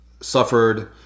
suffered